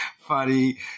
funny